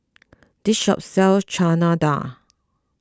this shop sells Chana Dal